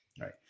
Right